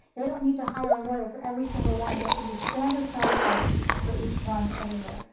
they don't need to hire a lawyer for every single one. there can be standard protocols for each one everywhere.